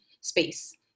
space